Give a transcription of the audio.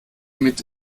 mit